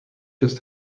just